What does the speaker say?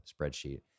spreadsheet